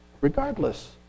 regardless